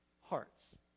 hearts